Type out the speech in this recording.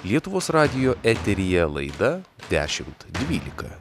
lietuvos radijo eteryje laida dešimt dvylika